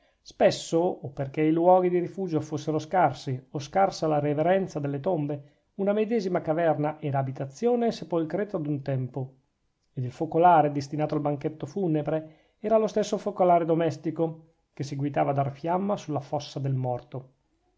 spesso o perchè i luoghi di rifugio fossero scarsi o scarsa la reverenza delle tombe una medesima caverna era abitazione e sepolcreto ad un tempo ed il focolare destinato al banchetto funebre era lo stesso focolare domestico che seguitava a dar fiamma sulla fossa del morto